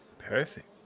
perfect